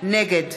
נגד